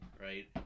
right